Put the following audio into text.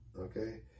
Okay